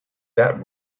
that